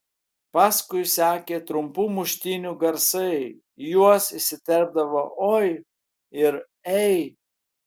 paskui sekė trumpų muštynių garsai į juos įsiterpdavo oi ir ei